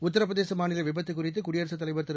உத்தரப்பிரதேச மாநில விபத்து குறித்து குடியரசுத்தலைவர் திரு